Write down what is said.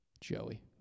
Joey